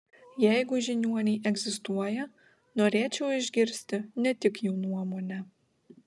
jeigu žiniuoniai egzistuoja norėčiau išgirsti ne tik jų nuomonę